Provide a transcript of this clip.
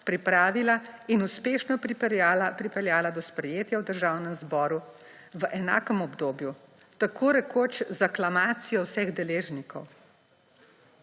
pripravila in uspešno pripeljala do sprejetja v Državnem zboru v enakem obdobju, tako rekoč z eklamacijo vseh deležnikov.